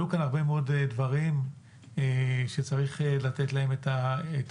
עלו כאן הרבה מאוד דברים שצריך לתת להם את ההתייחסות,